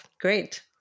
great